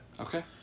Okay